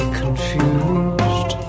confused